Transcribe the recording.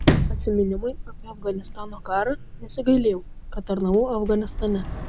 atsiminimai apie afganistano karą nesigailėjau kad tarnavau afganistane